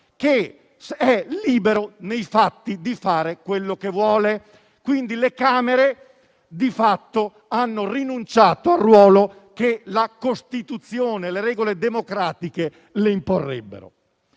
che è libero, nei fatti, di fare quello che vuole, quindi le Camere hanno rinunciato al ruolo che la Costituzione e le regole democratiche imporrebbero